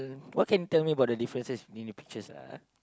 what can you tell me about the differences between the pictures ah